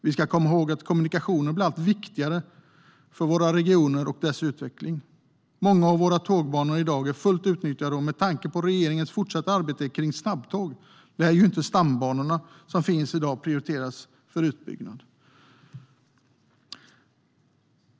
Vi ska komma ihåg att kommunikationer blir allt viktigare för våra regioner och deras utveckling. Många av våra tågbanor är i dag fullt utnyttjade, och med tanke på regeringens fortsatta arbete kring snabbtåg lär inte de stambanor som finns i dag prioriteras för utbyggnad.